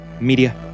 Media